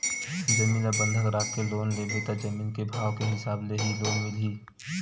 जमीन ल बंधक राखके लोन लेबे त जमीन के भाव के हिसाब ले ही लोन मिलही